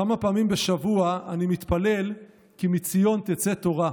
כמה פעמים בשבוע אני מתפלל "כי מציון תצא תורה".